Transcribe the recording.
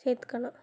சேர்த்துக்கணும்